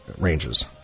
ranges